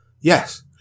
Yes